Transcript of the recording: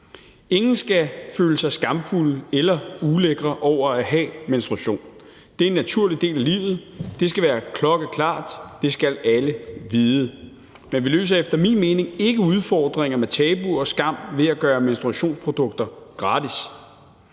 Ingen skal føle sig skamfulde eller ulækre over at have menstruation. Det er en naturlig del af livet. Det skal være klokkeklart. Det skal alle vide. Men vi løser efter min mening ikke udfordringer med tabuer og skam ved at gøre menstruationsprodukter gratis.